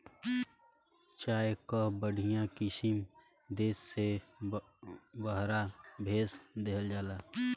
चाय कअ बढ़िया किसिम देस से बहरा भेज देहल जाला